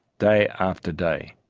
day-after-day.